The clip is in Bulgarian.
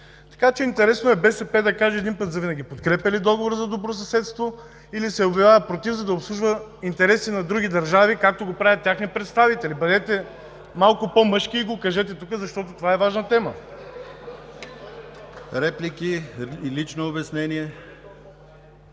Така че интересно е БСП да каже един път завинаги – подкрепя ли договор за добросъседство, или се обявява против, за да обслужва интереси на други държави, както го правят техни представители. Бъдете малко по-мъжки и го кажете тук, защото това е важна тема. (Силен шум и